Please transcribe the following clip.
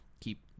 keep